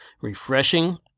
refreshing